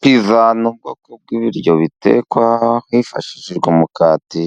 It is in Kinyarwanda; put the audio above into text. Piza ni ubwoko bw'ibiryo bitekwa hifashishijwe umukati